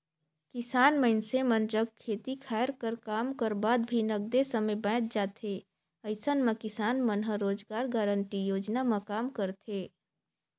किसान मइनसे मन जग खेती खायर कर काम कर बाद भी नगदे समे बाएच जाथे अइसन म किसान मन ह रोजगार गांरटी योजना म काम करथे